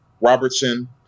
Robertson